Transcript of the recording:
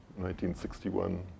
1961